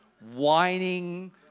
whining